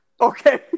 Okay